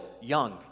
young